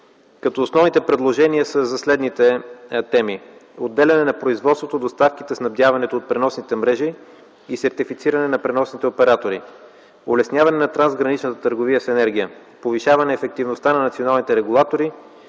като основните предложения са за следните теми: отделяне на производството, доставките, снабдяването от преносните мрежи и сертифициране на преносните оператори, улесняване на трансграничната търговия с енергия, повишаване ефективността на националните регулатори,